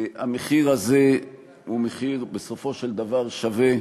המחיר הזה הוא מחיר בסופו של דבר שווה,